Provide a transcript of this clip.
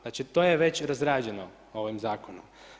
Znači to je već razrađeno ovim zakonom.